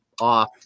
off